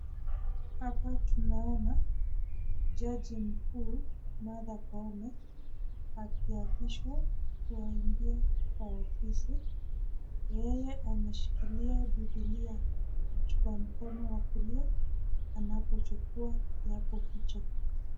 Hapa tunaona jaji mkuu Martha Koome akiapishwa ndio aingie kwa ofisi. Yeye ameshikilia Bibilia kwa mkono wa kulia anapochukua kiapo hicho.